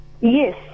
Yes